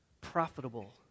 profitable